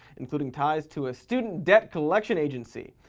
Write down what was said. including ties to a student debt collection agency,